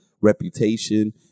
reputation